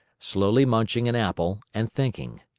slowly munching an apple and thinking.